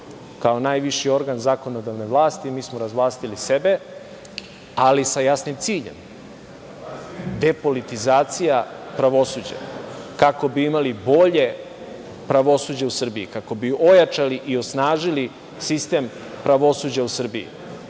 Kao najviši organ zakonodavne vlasti, mi smo razvlastili sebe, ali sa jasnim ciljem – depolitizacija pravosuđa, kako bi imali bolje pravosuđe u Srbiji, kako bi ojačali i osnažili sistem pravosuđa u Srbiji.